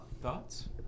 thoughts